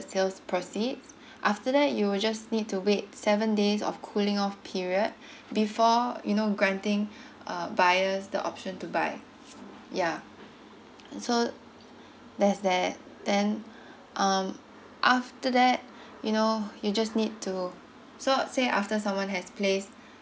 sales proceed after that you will just need to wait seven days of cooling off period before you know granting uh buyers the option to buy yeah so there's that then um after that you know you just need to so say after someone has placed